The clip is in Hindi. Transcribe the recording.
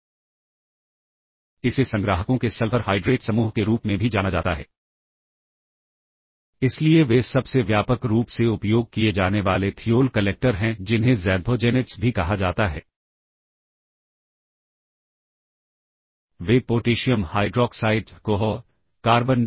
तो यह संदर्भ द्वारा कॉल है और यदि यह वांछित नहीं है तो सबरूटीन को सभी रजिस्टरों को पुश करना चाहिए इसे प्रविष्टि पर स्टैक पर रखना होगा और वापसी पर उन्हें पॉप करना होगा